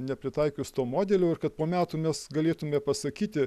nepritaikius to modelio ir kad po metų mes galėtume pasakyti